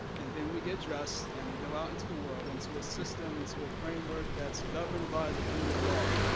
and then we get dressed, and we go out into the world. into a system, into a framework that's governed by the rule of law.